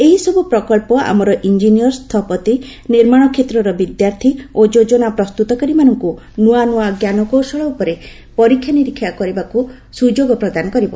ଏହିସବୁ ପ୍ରକଳ୍ପ ଆମର ଇଞ୍ଜିନିୟର୍ ସ୍ଥପତି ନିର୍ମାଣ କ୍ଷେତ୍ରର ବିଦ୍ୟାର୍ଥୀ ଓ ଯୋଜନା ପ୍ରସ୍ତୁତକାରୀମାନଙ୍କୁ ନୂଆ ନୂଆ ଜ୍ଞାନକୌଶଳ ଉପରେ ପରୀକ୍ଷା ନିରୀକ୍ଷା କରିବାକୁ ସୁଯୋଗ ପ୍ରଦାନ କରିବ